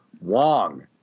Wong